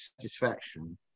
satisfaction